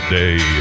day